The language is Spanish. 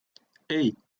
hey